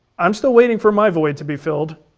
i'm still waiting for my void to be filled,